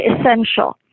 essential